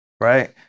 right